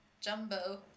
jumbo